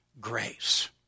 grace